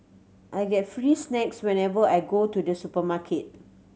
I get free snacks whenever I go to the supermarket